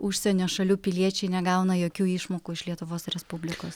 užsienio šalių piliečiai negauna jokių išmokų iš lietuvos respublikos